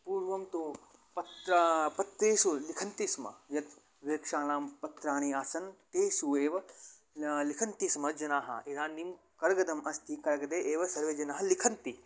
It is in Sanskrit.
पूर्वं तु पत्रं पत्रेषु लिखन्ति स्म यत् वृक्षाणां पत्राणि आसन् तेषु एव लिखन्ति स्म जनाः इदानीं कागदम् अस्ति कागदे एव सर्वे जनाः लिखन्ति